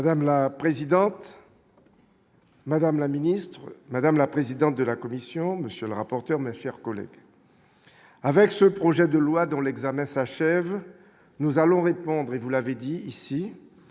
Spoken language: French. Madame la présidente. Madame la ministre, madame la présidente de la Commission, monsieur le rapporteur monsieur recoller avec ce projet de loi dont l'examen s'achève, nous allons répondre et vous l'avez dit, ici